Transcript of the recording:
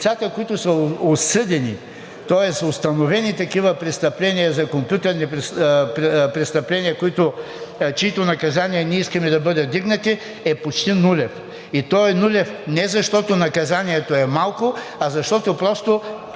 е почти нулев. И той е нулев не защото наказанието е малко, а защото просто